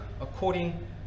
according